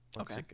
Okay